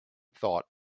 thought